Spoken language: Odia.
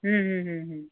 ହୁଁ ହୁଁ ହୁଁ ହୁଁ